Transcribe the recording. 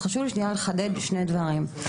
חשוב לי שנייה לחדד שני דברים.